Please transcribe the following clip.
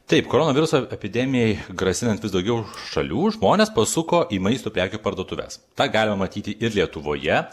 taip koronaviruso epidemijai grasinant vis daugiau šalių žmonės pasuko į maisto prekių parduotuves tą galima matyti ir lietuvoje